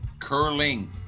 Curling